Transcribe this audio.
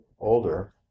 older